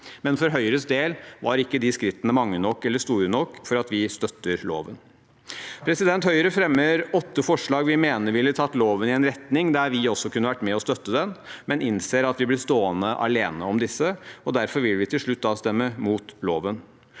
men for Høyres del var ikke de skrittene mange nok eller store nok til at vi støtter loven. Høyre fremmer syv forslag vi mener ville tatt loven i en retning der også vi kunne vært med og støtte den, men innser at vi blir stående alene om disse. Derfor vil vi til slutt stemme mot loven.